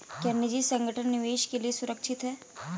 क्या निजी संगठन निवेश के लिए सुरक्षित हैं?